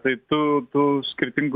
tai tų tų skirtingų